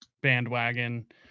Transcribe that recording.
bandwagon